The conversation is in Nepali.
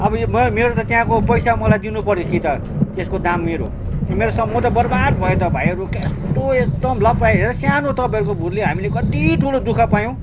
अब यो मेरो त त्यहाँको पैसा मलाई दिनु पऱ्यो कि त त्यस्को दाम मेरो मेरो सम् म त बर्बाद भए त भाइहरू कस्तो यस्तो लपाइ सानो तपाईँहरूको भुलले हामीले कति ठुलो दुखः पायौँ